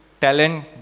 talent